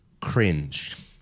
Cringe